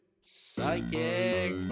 Psychic